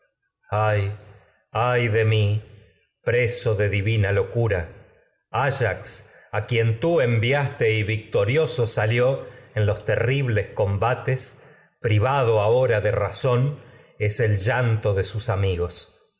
ay de mí y preso de divina locura ayax quien tú enviaste victorioso salió es en los terribles sus combates privado ahora de razón el llanto de amigos